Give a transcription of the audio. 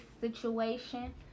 situation